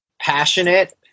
passionate